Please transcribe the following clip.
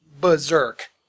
berserk